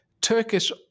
Turkish